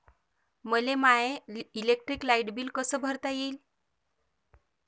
मले माय electric light bill कस भरता येईल?